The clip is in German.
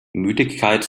müdigkeit